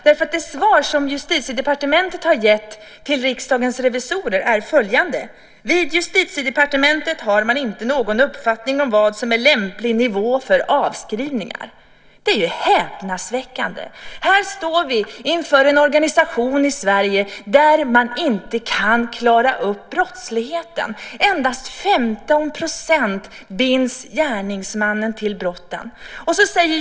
Det svar som Justitiedepartementet har gett till Riksdagens revisorer är följande: Vid Justitiedepartementet har man inte någon uppfattning om vad som är lämplig nivå för avskrivningar. Det är häpnadsväckande. Här står vi inför en organisation i Sverige där man inte kan klara upp brottsligheten. Endast i 15 % av fallen binds gärningsmannen till brottet.